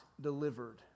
delivered